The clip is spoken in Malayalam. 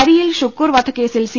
അരിയിൽ ഷുക്കൂർ വധക്കേസിൽ സി